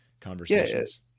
conversations